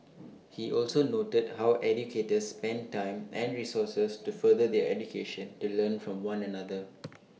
he also noted how educators spend time and resources to further their education to learn from one another